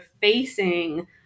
facing